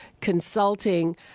Consulting